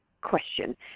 question